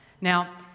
Now